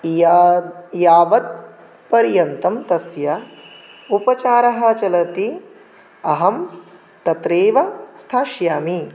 या यावत् पर्यन्तं तस्य उपचारः चलति अहं तत्रैव स्थास्यामि